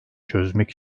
çözmek